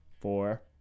four